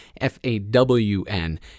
F-A-W-N